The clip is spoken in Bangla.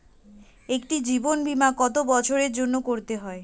একটি জীবন বীমা কত বছরের জন্য করতে হয়?